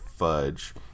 fudge